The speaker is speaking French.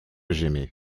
j’aimais